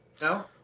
No